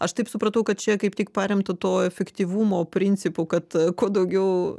aš taip supratau kad čia kaip tik paremta to efektyvumo principu kad kuo daugiau